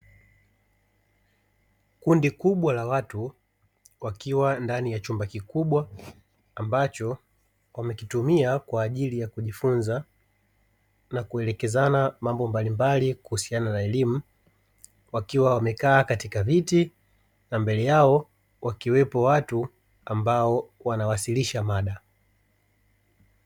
Kundi kubwa la watu wakiwa ndani ya chumba kikubwa ambacho wanakitumia kwa ajili ya kujifunza na kuelekezana mambo mbalimbali kuhusiana na elimu, wakiwa wamekaa katika viti na mbele yao wakiwepo watu ambao wanawasilisha mada.